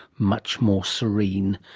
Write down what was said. much more serene!